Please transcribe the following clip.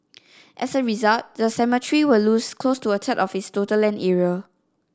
as a result the cemetery will lose close to a third of its total land area